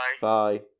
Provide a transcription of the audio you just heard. Bye